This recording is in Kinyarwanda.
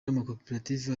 n’amakoperative